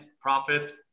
Profit